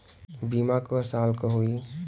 बीमा क साल क होई?